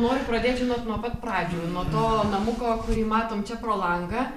noriu pradėt žinot nuo pat pradžių nuo to namuko kurį matom čia pro langą